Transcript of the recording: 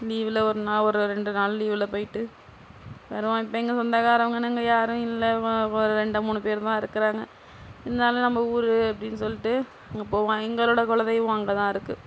லீவில் ஒரு நான் ஒரு ரெண்டு நாள் லீவில் போய்ட்டு வருவான் இப்போ எங்கள் சொந்தக்காரவங்கன்னு அங்கே யாரும் இல்லை ரெண்டு மூணு பேருதான் இருக்கிறாங்க இருந்தாலும் நம்ம ஊரு அப்படினு சொல்லிட்டு அங்கே போவான் எங்களோடய குலதெய்வம் அங்கேதான் இருக்குது